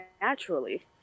naturally